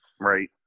Right